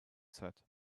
said